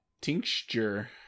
Tincture